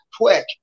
quick